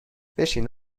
بشین